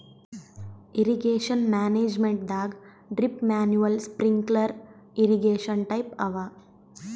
irrigation ಮ್ಯಾನೇಜ್ಮೆಂಟದಾಗ್ drip manual sprinkler irrigation type ಅವ